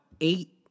eight